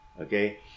okay